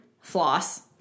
Floss